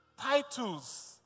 Titles